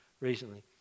recently